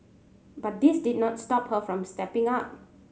but this did not stop her from stepping up